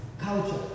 culture